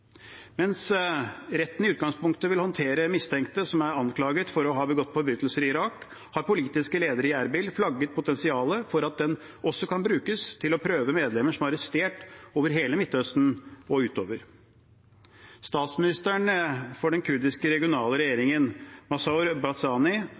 Mens retten i utgangspunktet vil håndtere mistenkte som er anklaget for å ha begått forbrytelser i Irak, har politiske ledere i Erbil flagget potensialet for at den også kan brukes til å prøve medlemmer som er arrestert over hele Midtøsten og utover. Statsministeren for den kurdiske regionale